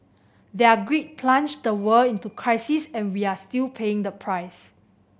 their greed plunged the world into crisis and we are still paying the price